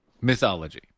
mythology